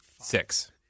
six